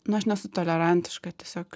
nu aš nesu tolerantiška tiesiog